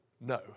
no